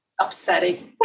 Upsetting